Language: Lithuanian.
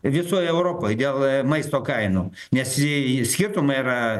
visoj europoj dėl maisto kainų nes skirtumai yra